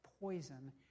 poison